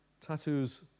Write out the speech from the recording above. Tattoos